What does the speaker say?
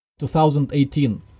2018